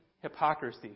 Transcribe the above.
hypocrisy